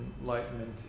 enlightenment